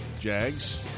Jags